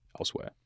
elsewhere